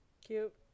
Cute